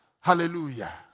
Hallelujah